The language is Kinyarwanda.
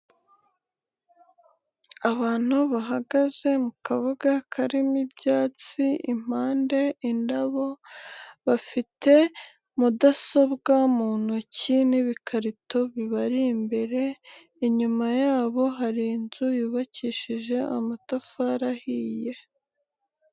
Abantu bahagaze mu kabuga karimo ibyatsi, impande indabo, bafite mudasobwa mu ntoki n'ibikarito bibari imbere, inyuma yabo hari inzu yubakishije amatafari ahiye.